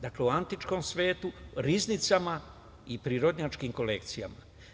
Dakle, u antičkom svetu, riznicama i prirodnjačkim kolekcijama.